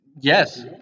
Yes